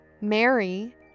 Mary